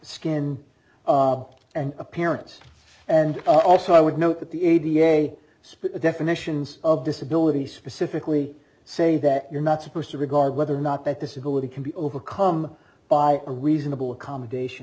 skin and appearance and also i would note that the a b a spitta definitions of disability specifically say that you're not supposed to regard whether or not that this ability can be overcome by a reasonable accommodation